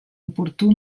oportú